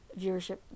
viewership